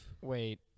Wait